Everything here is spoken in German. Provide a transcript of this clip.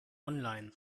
online